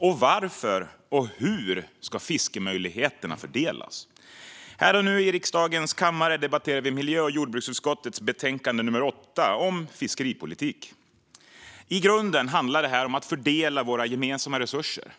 Varför och hur ska fiskemöjligheterna fördelas? Här och nu i riksdagens kammare debatterar vi miljö och jordbruksutskottets betänkande 2020/21:MJU8 om fiskeripolitik. I grunden handlar det här om att fördela våra gemensamma resurser.